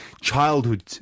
childhood